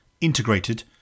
integrated